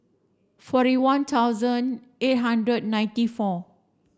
forty one thousand eight hundred ninety four